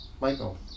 Michael